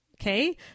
Okay